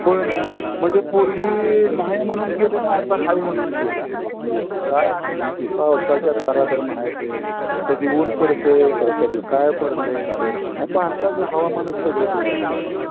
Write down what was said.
होय ना म्हणजे पूर्वी नाही म्हनून गेले आणि आता हाय म्हणून गेले काय पावसाच्या तऱ्हा तर म्हणायचं कधी ऊन पडत आहे तर कधी काय पडत आहे नाही भारताचं हवामानच सगळं बिघडलेलं आहे बघा